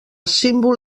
símbol